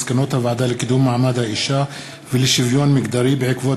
מסקנות הוועדה לקידום מעמד האישה ולשוויון מגדרי בעקבות